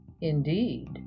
Indeed